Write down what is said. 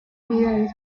unidades